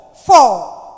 Four